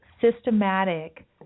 systematic